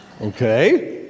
Okay